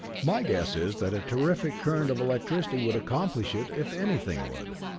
my guess is that a terrific current of electricity would accomplish it if anything would.